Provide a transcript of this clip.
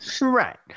Right